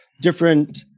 different